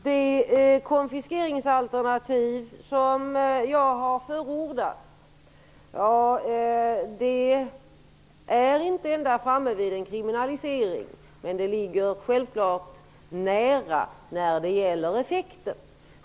Herr talman! Det konfiskeringsalternativ som jag har förordat är inte ända framme vid en kriminalisering, men det ligger självklart nära när det gäller effekten.